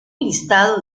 listado